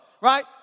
right